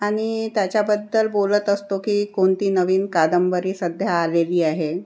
आणि त्याच्याबद्दल बोलत असतो की कोणती नवीन कादंबरी सध्या आलेली आहे